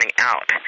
out